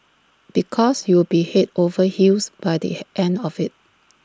because you'll be Head over heels by the end of IT